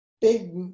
big